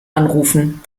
anrufen